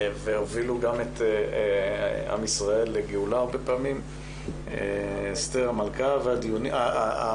והובילו גם את עם ישראל לגאולה הרבה פעמים למשל אסתר המלכה ומרים.